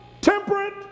temperate